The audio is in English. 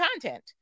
content